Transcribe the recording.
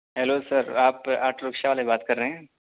hello sir آپ auto rickshaw والے بات کر رہے ہیں